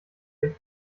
den